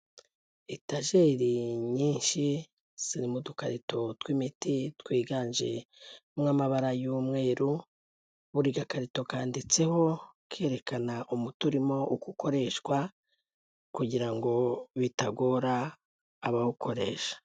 Etajeri nyinshi ziri mu dukarito tw'imiti twiganjemo amabara y'umweru, buri gakarito kanditseho, kerekana umuti urimo ukoreshwa kugira ngo bitagora abawukoresha.